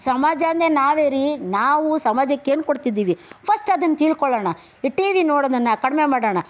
ಸಮಾಜ ಅಂದರೆ ನಾವೇ ರೀ ನಾವು ಸಮಾಜಕ್ಕೇನು ಕೊಡ್ತಿದ್ದೀವಿ ಫಸ್ಟ್ ಅದನ್ನ ತಿಳ್ಕೊಳ್ಳೋಣ ಈ ಟಿ ವಿ ನೋಡೋದನ್ನು ಕಡಿಮೆ ಮಾಡೋಣ